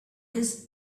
his